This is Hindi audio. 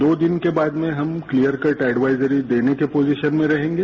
दो दिन के बाद में हम क्लियर कट एडवाइजरी देने की पॉजिशन में रहेंगे